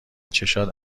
چشات